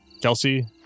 Kelsey